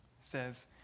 says